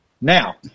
Now